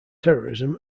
terrorism